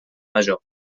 major